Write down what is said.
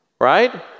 Right